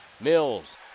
Mills